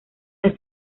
las